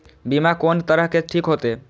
बीमा कोन तरह के ठीक होते?